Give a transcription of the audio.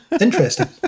Interesting